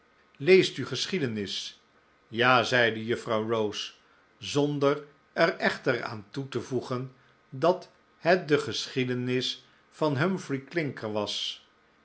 leest u geschiedenis ja zeide juffrouw rose zonder er echter aan toe te voegen dat het de geschiedenis van humphrey clinker was